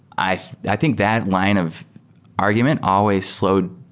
i i think that line of argument always slowed